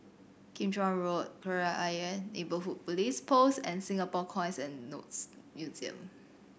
Kim Chuan Road Kreta Ayer Neighbourhood Police Post and Singapore Coins and Notes Museum